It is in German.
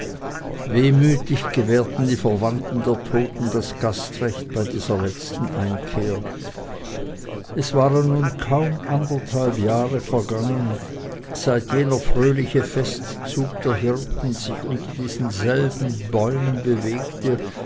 wehmütig gewährten die verwandten der toten das gastrecht bei dieser letzten einkehr es waren nun kaum anderthalb jahre vergangen seit jener fröhliche festzug der hirten sich unter diesen selben bäumen bewegte